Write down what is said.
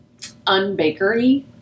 unbakery